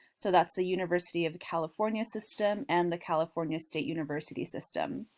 so that's the university of california system and the california state university system.